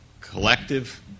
Collective